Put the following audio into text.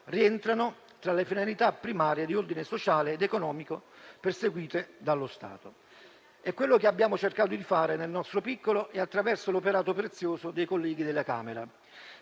rientrano tra le finalità primaria di ordine sociale ed economico perseguite dallo Stato». È quello che abbiamo cercato di fare nel nostro piccolo e attraverso l'operato prezioso dei colleghi della Camera.